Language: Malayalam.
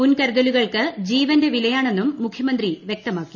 മുൻകരുത്ലുകൾക്ക് ജീവന്റെ വിലയാണെന്നും മുഖ്യമന്ത്രി വൃക്തമാക്കി